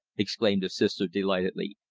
exclaimed the sister delightedly.